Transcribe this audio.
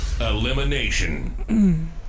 Elimination